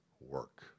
work